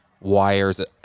wires